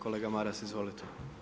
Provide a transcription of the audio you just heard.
Kolega Maras izvolite.